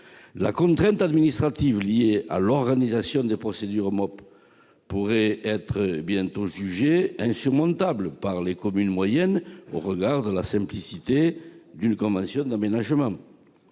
La contrainte administrative liée à l'organisation des procédures MOP pourrait être bientôt jugée insurmontable par les communes moyennes, au regard de la simplicité d'une convention d'aménagement.